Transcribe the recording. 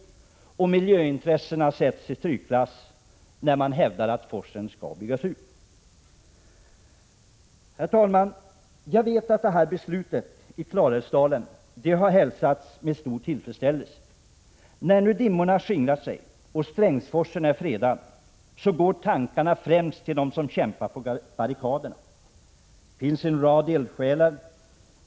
Man sätter miljöintressena i strykklass när man hävdar att forsen skall byggas ut. Herr talman! Jag vet att beslutet har hälsats med stor tillfredsställelse i Klarälvsdalen. När nu dimmorna skingrat sig och Strängsforsen är fredad, går tankarna främst till dem som kämpat på barrikaderna. Det finns en rad eldsjälar.